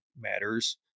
matters